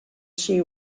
she